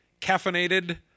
caffeinated